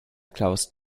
classe